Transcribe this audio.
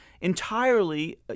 entirely